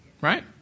right